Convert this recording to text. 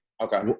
Okay